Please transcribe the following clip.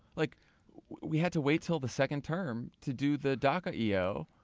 like we had to wait until the second term to do the daca eo,